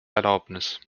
erlaubnis